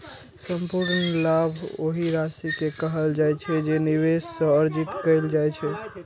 संपूर्ण लाभ ओहि राशि कें कहल जाइ छै, जे निवेश सं अर्जित कैल जाइ छै